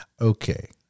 okay